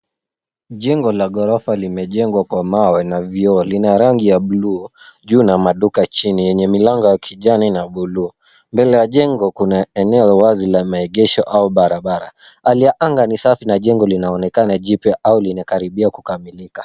Jengo la ghorofa limejengwa kwa mawe na vioo. Lina rangi ya buluu juu na maduka chini yenye milango ya kijani na buluu. Mbele ya jengo kuna eneo la wazi la maegesho au barabara. Hali ya anga ni safi na jengo linaonekana jipya au limekaribia kukamilika.